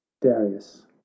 darius